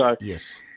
Yes